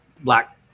black